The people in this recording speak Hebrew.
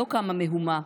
לא קמה מהומה,